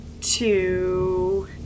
two